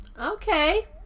Okay